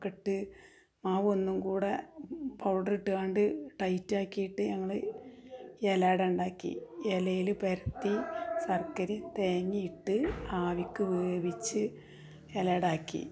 ഒക്കെ ഇട്ട് മാവ് ഒന്നു കൂടെ പൗഡറ് ഇട്ടങ്ങാണ്ട് ടൈറ്റ് ആക്കിയിട്ട് ഞങ്ങൾ ഇല അട ഉണ്ടാക്കി ഇലയിൽ പെരട്ടി ശർക്കരയും തേങ്ങയും ഇട്ട് ആവിക്ക് വേവിച്ച് ഇല അട ആക്കി